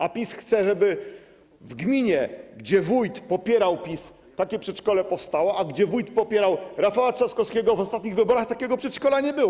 A PiS chce, żeby w gminie, gdzie wójt popierał PiS, takie przedszkole powstało, a w gminie, gdzie wójt popierał Rafała Trzaskowskiego w ostatnich wyborach, takiego przedszkola nie było.